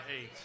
eight